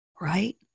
right